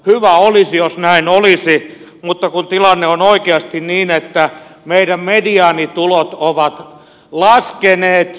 hyvä olisi jos näin olisi mutta kun tilanne on oikeasti niin että meidän mediaanitulot ovat laskeneet